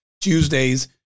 Tuesday's